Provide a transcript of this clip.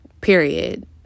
Period